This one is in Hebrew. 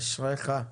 אשריך.